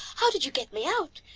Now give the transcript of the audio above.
how did you get me out?